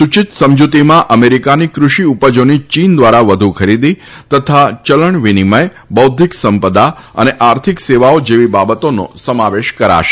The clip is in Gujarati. સુચિત સમજ઼તીમાં અમેરીકાની કૃષી ઉપજોની ચીન દ્વારા વધુ ખરીદી તથા યલણ વિનીમય બૌઘ્ઘિક સંમ્પદા અને આર્થિક સેવાઓ જેવી બાબતોનો સમાવેશ કરાશે